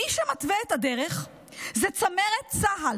מי שמתווה את הדרך זה צמרת צה"ל.